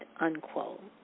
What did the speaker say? unquote